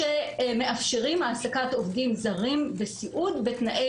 שמאפשרים העסקת עובדים זרים בסיעוד בתנאי